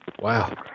Wow